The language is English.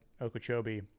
Okeechobee